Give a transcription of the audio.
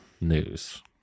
news